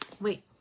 wait